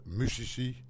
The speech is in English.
muzici